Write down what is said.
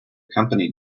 company